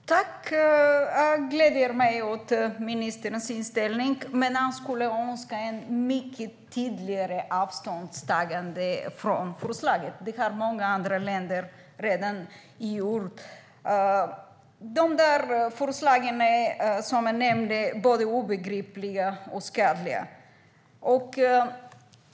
Herr talman! Jag gläder mig åt ministerns inställning, men jag skulle önska ett mycket tydligare avståndstagande från förslaget. Det har många andra länder redan gjort. Förslagen är, som jag nämnde, både obegripliga och skadliga.